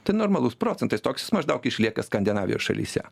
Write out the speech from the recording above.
tai normalus procentas toks jis maždaug išlieka skandinavijos šalyse